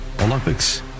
Olympics